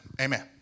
Amen